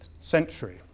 century